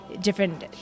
different